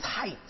tight